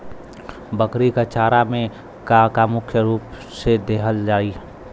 बकरी क चारा में का का मुख्य रूप से देहल जाई?